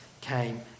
came